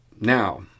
Now